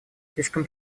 слишком